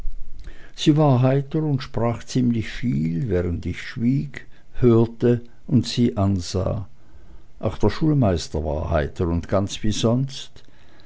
sie war heiter und sprach ziemlich viel während ich schwieg hörte und sie ansah auch der schulmeister war heiter und ganz wie sonst